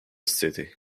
city